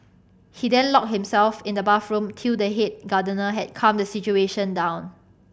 he then locked himself in the bathroom till the head gardener had calmed the situation down